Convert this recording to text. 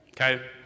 Okay